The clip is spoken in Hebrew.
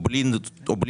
או בלי סודיות,